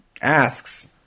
asks